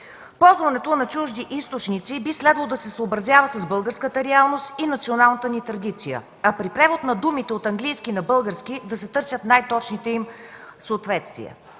Ползването на чужди източници би следвало да се съобразява с българската реалност и националната ни традиция, а при превод на думите от английски на български да се търсят най-точните им съответствия.